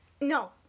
No